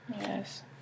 Yes